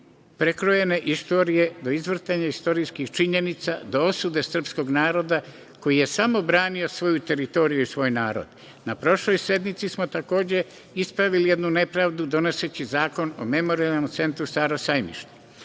prekrojene istorije, do izvrtanja istorijskih činjenica, do osude srpskog naroda koji je samo branio svoju teritoriju i svoj narod. Na prošloj sednici smo takođe ispravili jednu nepravdu donoseći Zakon o Memorijalnom centru „Staro sajmište“.Danas